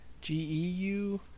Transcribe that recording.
G-E-U